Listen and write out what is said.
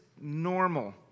normal